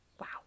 Wow